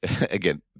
again